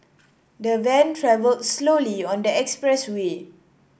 the van travelled slowly on the expressway